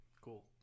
Cool